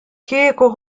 kieku